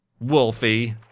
Wolfie